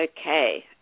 Okay